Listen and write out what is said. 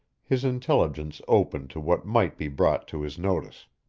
his intelligence open to what might be brought to his notice.